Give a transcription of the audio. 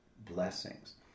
blessings